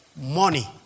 Money